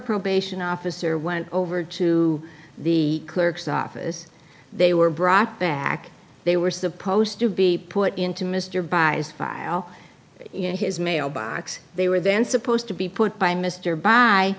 probation officer went over to the clerk's office they were brought back they were supposed to be put into mr buys file in his mailbox they were then supposed to be put by mr buy